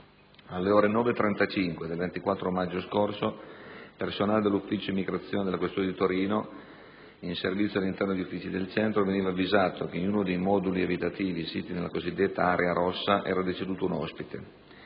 Alle ore 9,35 del 24 maggio scorso personale dell'ufficio immigrazione della questura di Torino, in servizio all'interno degli uffici del centro, veniva avvisato che in uno dei moduli abitativi siti nella cosiddetta area rossa era deceduto un ospite.